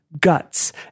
guts